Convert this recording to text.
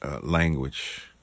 language